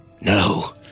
No